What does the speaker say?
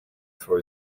for